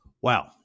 Wow